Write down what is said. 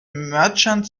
merchant